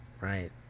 right